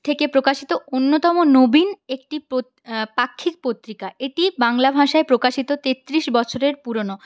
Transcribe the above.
থেকে প্রকাশিত অন্যতম নবীন একটি প্রত পাক্ষিক পত্রিকা এটি বাংলা ভাষায় প্রকাশিত তেত্রিশ বছরের পুরোনো